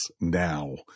now